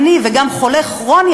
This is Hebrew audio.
עני וגם חולה כרוני,